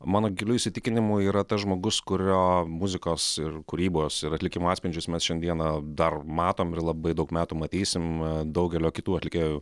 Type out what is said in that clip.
mano giliu įsitikinimu yra tas žmogus kurio muzikos ir kūrybos ir atlikimo atspindžius mes šiandieną dar matom ir labai daug metų matysim daugelio kitų atlikėjų